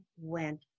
went